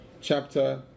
chapter